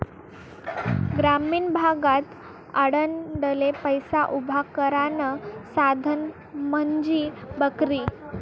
ग्रामीण भागमा आडनडले पैसा उभा करानं साधन म्हंजी बकरी